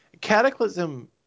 Cataclysm